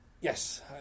Yes